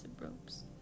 ropes